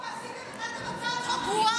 ברור, ועשיתם הצעת חוק גרועה.